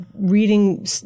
reading